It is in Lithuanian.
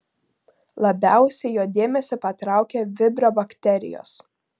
labiausiai jo dėmesį patraukė vibrio bakterijos